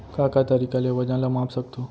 का का तरीक़ा ले वजन ला माप सकथो?